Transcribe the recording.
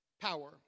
Power